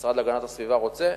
המשרד להגנת הסביבה רוצה.